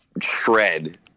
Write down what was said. shred